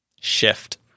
Shift